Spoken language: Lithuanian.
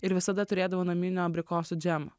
ir visada turėdavo naminio abrikosų džemo